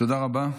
תודה רבה.